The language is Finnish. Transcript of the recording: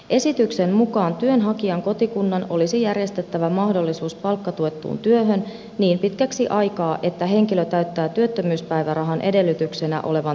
esityksen mukaan työnhakijan kotikunnan olisi järjestettävä mahdollisuus palkkatuettuun työhön niin pitkäksi aikaa että henkilö täyttää työttömyyspäivärahan edellytyksenä olevan työssäoloehdon